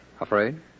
Afraid